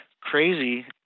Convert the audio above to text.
crazy